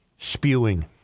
Spewing